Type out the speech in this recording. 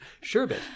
sherbet